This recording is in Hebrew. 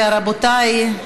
רבותי,